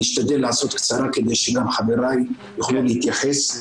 אני אשתדל לעשות אותה קצרה כדי שגם חבריי יוכלו להתייחס.